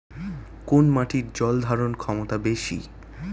কোন মাটির জল ধারণ ক্ষমতা বেশি?